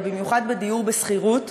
ובמיוחד בדיור בשכירות,